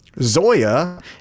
Zoya